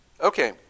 Okay